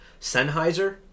sennheiser